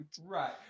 Right